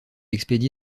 expédié